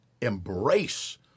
embrace